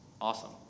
awesome